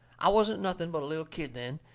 i wasn't nothing but a little kid then,